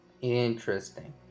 Interesting